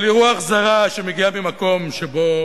אבל היא רוח זרה שמגיעה ממקום שבו